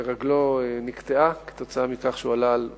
ורגלו נקטעה כתוצאה מכך שהוא עלה על מוקש,